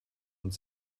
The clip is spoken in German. und